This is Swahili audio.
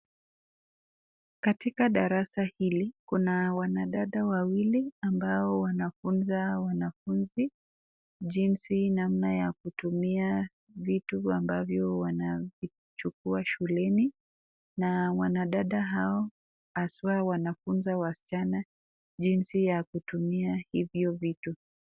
Katika darasa hili kuna wanadada wawili ambao wanafunza wanafunzi jinsi namna ya kutumia vitu ambavyo wanavichukua shuleni na wanadada hawa haswa wanafunza wasichana jinsi ya kutumia hivyo vitu.